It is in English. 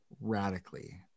radically